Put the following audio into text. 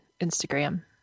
Instagram